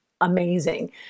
amazing